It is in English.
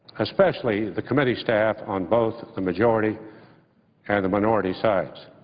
especially the committee staff on both the majority and the minority sides.